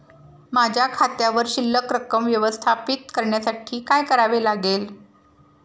माझ्या खात्यावर शिल्लक रक्कम व्यवस्थापित करण्यासाठी काय करावे लागेल?